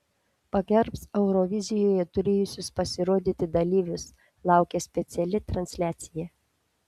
pagerbs eurovizijoje turėjusius pasirodyti dalyvius laukia speciali transliacija